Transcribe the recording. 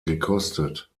gekostet